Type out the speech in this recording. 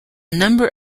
number